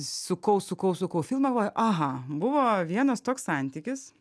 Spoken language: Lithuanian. sukau sukau sukau filmą galvoju aha buvo vienas toks santykis